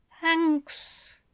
Thanks